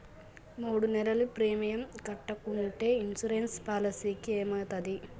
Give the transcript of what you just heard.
మూడు నెలలు ప్రీమియం కట్టకుంటే ఇన్సూరెన్స్ పాలసీకి ఏమైతది?